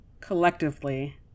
collectively